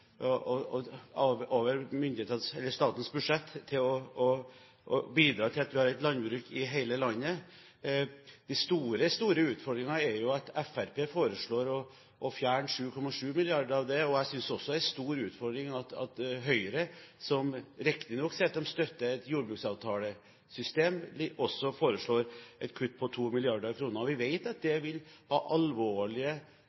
innlegg. Vi bruker over 13 mrd. kr over statens budsjett for å bidra til at vi har et landbruk i hele landet. Den store, store utfordringen er jo at Fremskrittspartiet foreslår å fjerne 7,7 mrd. kr. Jeg synes også det er en stor utfordring at Høyre, som riktignok sier at de støtter et system med jordbruksavtale, også foreslår et kutt på 2 mrd. kr. Vi vet at